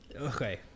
Okay